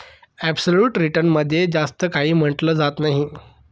absolute return मध्ये जास्त काही म्हटलं जात नाही